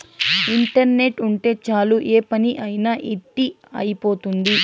internet ఉంటే చాలు ఏ పని అయినా ఇట్టి అయిపోతుంది